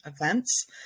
events